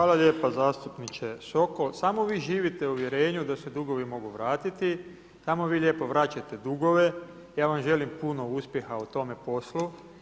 Hvala lijepo zastupniče Sokol, samo vi živite u uvjerenju da se dugovi mogu vratiti, samo vi lijepo vraćajte dugove, ja vam želim puno uspjeha u tome poslu.